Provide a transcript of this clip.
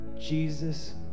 Jesus